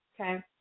Okay